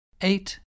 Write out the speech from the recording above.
eight